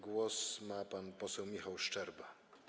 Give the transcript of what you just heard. Głos ma pan poseł Michał Szczerba.